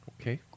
Okay